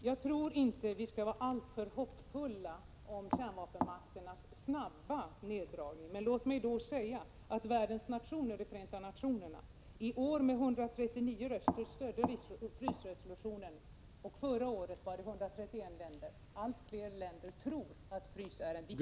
Jag tror inte vi skall vara alltför hoppfulla om kärnvapenmakternas snabba neddragning av kärnvapenarsenalen. Men låt mig säga att världens nationer i Förenta nationerna i år med 139 röster stödde frysningsresolutionen. Förra året var det 131 röster.